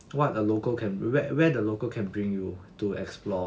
what a local can where where the local can bring you to explore